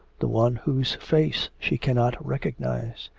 the one whose face she cannot recognise.